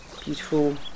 beautiful